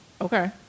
Okay